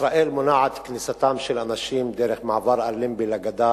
ישראל מונעת את כניסתם של אנשים דרך מעבר אלנבי לגדה